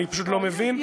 אני פשוט לא מבין,